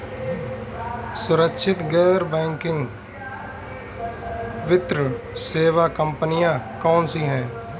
सुरक्षित गैर बैंकिंग वित्त सेवा कंपनियां कौनसी हैं?